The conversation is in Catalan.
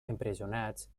empresonats